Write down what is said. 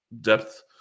depth